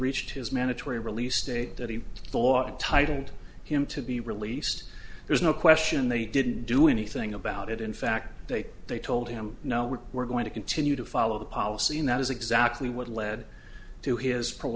reached his mandatory release date that he thought it titled him to be released there's no question they didn't do anything about it in fact they they told him no we were going to continue to follow the policy and that is exactly what led to his